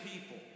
people